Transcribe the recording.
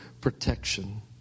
protection